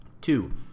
Two